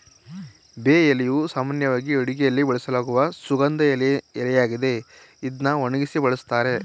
ಬೇ ಎಲೆಯು ಸಾಮಾನ್ಯವಾಗಿ ಅಡುಗೆಯಲ್ಲಿ ಬಳಸಲಾಗುವ ಸುಗಂಧ ಎಲೆಯಾಗಿದೆ ಇದ್ನ ಒಣಗ್ಸಿ ಬಳುಸ್ತಾರೆ